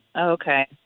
Okay